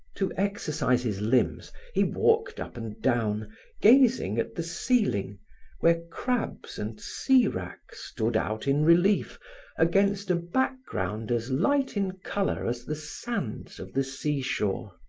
to exercise his limbs, he walked up and down gazing at the ceiling where crabs and sea-wrack stood out in relief against a background as light in color as the sands of the seashore.